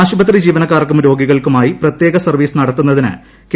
ആശുപത്രി ജീവനക്കാർക്കും രോഗികൾക്കുമായി പ്രത്യേക സർവീസ് നടത്തുന്നതിന് കെ